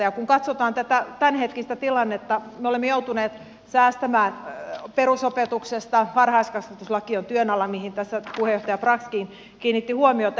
ja kun katsotaan tätä tämänhetkistä tilannetta me olemme joutuneet säästämään perusopetuksesta varhaiskasvatuslaki on työn alla mihin tässä puheenjohtaja braxkin kiinnitti huomiota